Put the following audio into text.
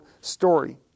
story